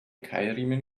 keilriemen